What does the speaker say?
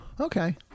Okay